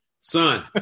son